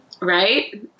Right